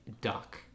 Duck